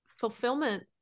fulfillment